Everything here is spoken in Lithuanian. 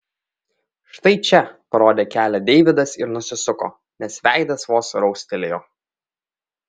štai čia parodė kelią deividas ir nusisuko nes veidas vos raustelėjo